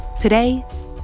Today